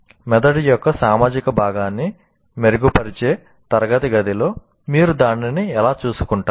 మెదడు యొక్క సామాజిక భాగాన్ని మెరుగుపరిచే తరగతి గదిలో మీరు దానిని ఎలా చూసుకుంటారు